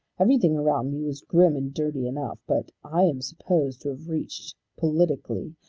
everything around me was grim and dirty enough, but i am supposed to have reached, politically,